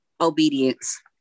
Obedience